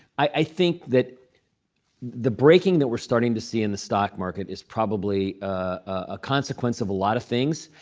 i think that the breaking that we're starting to see in the stock market is probably a consequence of a lot of things